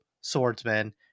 swordsman